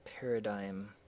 paradigm